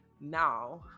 now